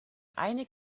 eine